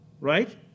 right